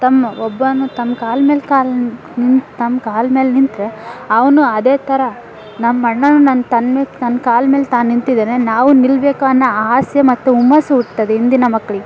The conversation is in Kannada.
ತಮ್ಮ ಒಬ್ಬವನು ತಮ್ಮ ಕಾಲು ಮೇಲೆ ಕಾಲು ನಿಂತು ತಮ್ಮ ಕಾಲು ಮೇಲೆ ನಿಂತರೆ ಅವನು ಅದೇ ಥರ ನಮ್ಮ ಅಣ್ಣನೂ ನನ್ನ ತನ್ನ ತನ್ನ ಕಾಲು ಮೇಲೆ ತಾನು ನಿಂತಿದ್ದಾನೆ ನಾವೂ ನಿಲ್ಲಬೇಕು ಅನ್ನೋ ಆಸೆ ಮತ್ತು ಹುಮ್ಮಸ್ಸು ಹುಟ್ತದೆ ಇಂದಿನ ಮಕ್ಕಳಿಗೆ